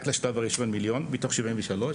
רק לשלב הראשון מיליון שקל מתוך 73 מיליון שקל.